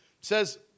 says